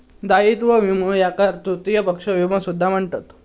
दायित्व विमो याका तृतीय पक्ष विमो सुद्धा म्हणतत